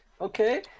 Okay